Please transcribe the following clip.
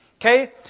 okay